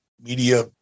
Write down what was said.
media